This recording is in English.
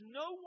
no